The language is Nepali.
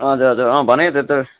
हजुर हजुर अँ भनेको थिएँ त